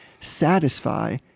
satisfy